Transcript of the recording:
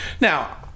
Now